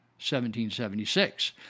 1776